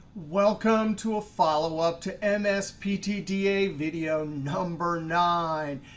welcome to a follow-up to and msptda video number nine.